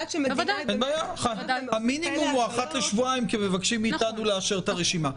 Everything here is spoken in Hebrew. המינימום הוא אחת לשבועיים כי מבקשים מאיתנו לאשר את הרשימה.